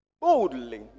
Boldly